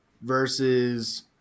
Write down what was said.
versus